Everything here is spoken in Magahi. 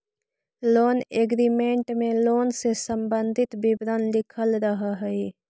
लोन एग्रीमेंट में लोन से संबंधित विवरण लिखल रहऽ हई